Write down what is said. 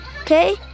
Okay